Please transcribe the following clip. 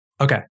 Okay